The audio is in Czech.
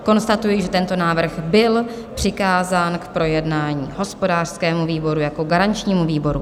Konstatuji, že tento návrh byl přikázán k projednání hospodářskému výboru jako garančnímu výboru.